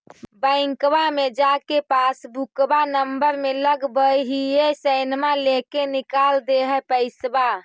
बैंकवा मे जा के पासबुकवा नम्बर मे लगवहिऐ सैनवा लेके निकाल दे है पैसवा?